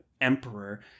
emperor